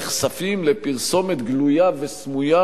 נחשפים לפרסומת גלויה וסמויה,